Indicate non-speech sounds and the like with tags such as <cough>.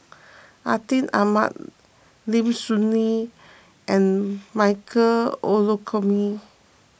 Atin Amat <hesitation> Lim Soo Ngee and Michael Olcomendy